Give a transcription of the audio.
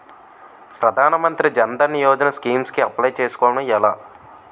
ప్రధాన మంత్రి జన్ ధన్ యోజన స్కీమ్స్ కి అప్లయ్ చేసుకోవడం ఎలా?